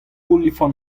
olifant